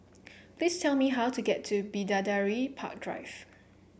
please tell me how to get to Bidadari Park Drive